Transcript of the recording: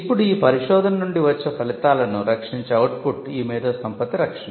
ఇప్పుడు ఈ పరిశోధన నుండి వచ్చే ఫలితాలను రక్షించే అవుట్పుట్ ఈ మేధోసంపత్తి రక్షణ